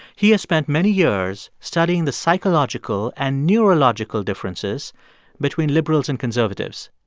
he has spent many years studying the psychological and neurological differences between liberals and conservatives.